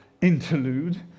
interlude